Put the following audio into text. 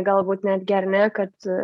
galbūt netgi ar ne kad